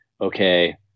okay